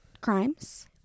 crimes